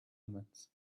emits